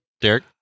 Derek